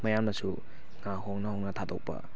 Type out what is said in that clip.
ꯃꯌꯥꯝꯅꯁꯨ ꯉꯥ ꯍꯣꯡꯅ ꯍꯣꯡꯅ ꯊꯥꯗꯣꯛꯄ